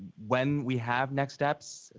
when we have next steps,